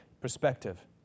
perspective